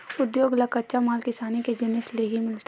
उद्योग ल कच्चा माल किसानी के जिनिस ले ही मिलथे